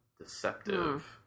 Deceptive